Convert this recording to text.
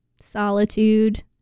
solitude